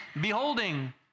beholding